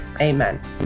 Amen